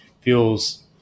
feels